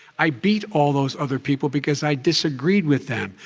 i beat all those other people because i disagreed with them.